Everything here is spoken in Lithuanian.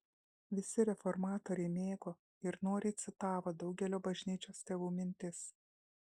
visi reformatoriai mėgo ir noriai citavo daugelio bažnyčios tėvų mintis